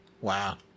Wow